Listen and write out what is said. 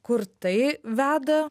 kur tai veda